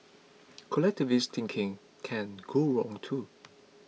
collectivist thinking can go wrong too